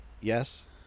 Yes